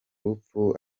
urupfu